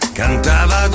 cantava